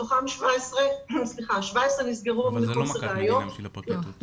מתוכם 17 מחוסר ראיות,